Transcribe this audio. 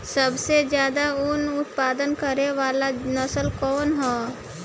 सबसे ज्यादा उन उत्पादन करे वाला नस्ल कवन ह?